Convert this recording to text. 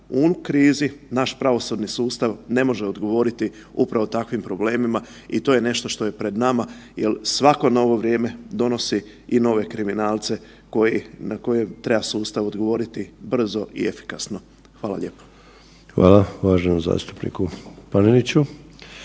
u krizi naš pravosudni sustav ne može odgovoriti upravo takvim problemima i to je nešto što je pred nama jer svako novo vrijeme donosi i nove kriminalce koji, na koje treba sustav odgovoriti brzo i efikasno. Hvala lijepo. **Sanader, Ante (HDZ)** Hvala uvaženom zastupniku Paneniću.